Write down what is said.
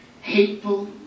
Hateful